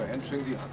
ah entering the ah